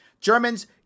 Germans